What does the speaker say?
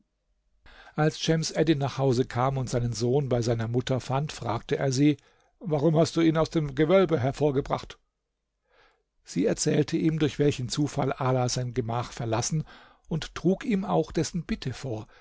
als schems eddin nach hause kam und seinen sohn bei seiner mutter fand fragte er sie warum hast du ihn aus dem gewölbe hervorgebracht sie erzählte ihm durch welchen zufall ala sein gemach verlassen und trug ihm auch dessen bitte vor